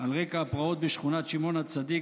על רקע הפרעות בשכונת שמעון הצדיק